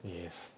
yes